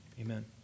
Amen